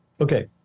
Okay